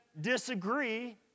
disagree